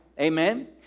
Amen